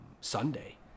Sunday